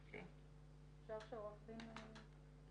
להיקף המגעים שמתקיימים משעה 8 בערב